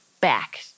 back